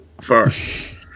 first